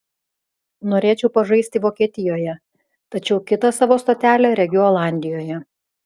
norėčiau pažaisti vokietijoje tačiau kitą savo stotelę regiu olandijoje